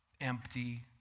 empty